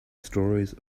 stories